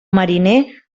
mariner